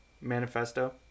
manifesto